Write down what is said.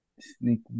sneak